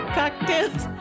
cocktails